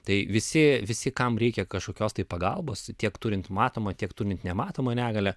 tai visi visi kam reikia kažkokios tai pagalbos tiek turint matomą tiek turint nematomą negalią